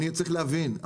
צריך להבין,